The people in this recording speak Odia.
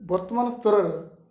ବର୍ତ୍ତମାନ ସ୍ତରରେ